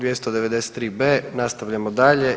293b. nastavljamo dalje.